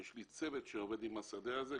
יש לי צוות שעובד עם השדה הזה,